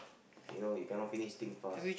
okay now you cannot finish thing fast